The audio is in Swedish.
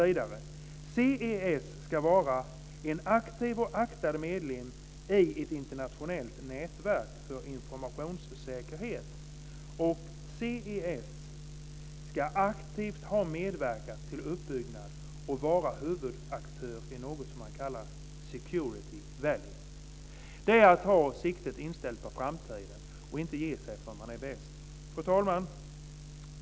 Vidare heter det att CES ska vara en aktiv och aktad medlem i ett internationellt nätverk för informationssäkerhet, och CES ska aktivt medverka till uppbyggnad och vara huvudaktör i något som man kallar Security Valley. Detta är att ha siktet inställt på framtiden och att inte ge sig förrän man är bäst. Fru talman!